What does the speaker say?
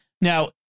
Now